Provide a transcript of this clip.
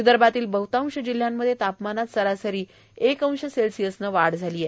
विदर्भातील वहृतांश जिल्ह्यांमध्ये तापमानात सरासरी एक अंश सेल्सिअसनं वाढ झाली आहे